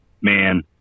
man